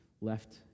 left